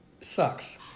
sucks